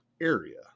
area